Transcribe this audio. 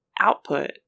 output